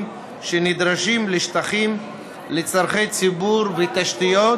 שנדרשים לשטחים לצורכי ציבור ותשתיות,